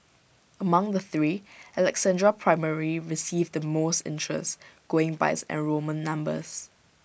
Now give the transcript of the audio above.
among the three Alexandra primary received the most interest going by its enrolment numbers